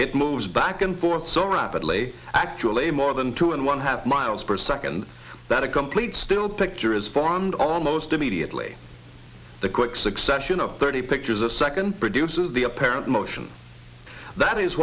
it moves back and forth so rapidly actually more than two and one half miles per second that a complete still picture is formed almost immediately the quick succession of thirty pictures a second produces the apparent motion that is